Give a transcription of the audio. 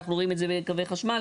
אנחנו רואים את זה בקווי חשמל,